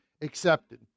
accepted